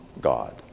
God